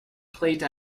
plate